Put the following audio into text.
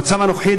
במצב הנוכחי,